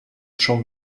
schon